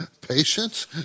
patience